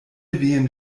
wehen